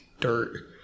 dirt